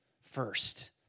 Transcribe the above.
first